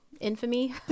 infamy